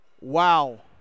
Wow